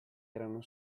erano